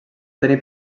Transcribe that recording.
tenir